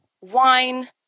wine